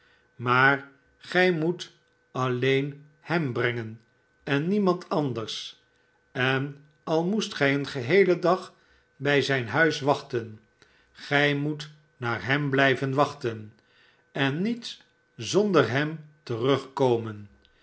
amaar gij moet alleen hem brengen en niemand anders en al moest gij een geheelen dag bij zijn huis wachten gij moet naar hem blijven wachten en met zonder hem terugkomen